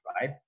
right